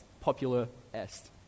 popular-est